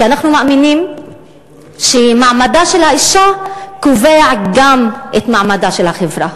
כי אנחנו מאמינים שמעמדה של האישה קובע גם את מעמדה של החברה,